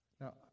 Now